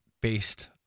based